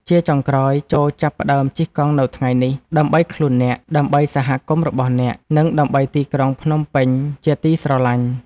ជាចុងក្រោយ ចូរចាប់ផ្ដើមជិះកង់នៅថ្ងៃនេះ ដើម្បីខ្លួនអ្នក ដើម្បីសហគមន៍របស់អ្នក និងដើម្បីទីក្រុងភ្នំពេញជាទីស្រឡាញ់។